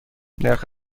نرخ